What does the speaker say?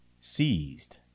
seized